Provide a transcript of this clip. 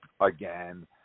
again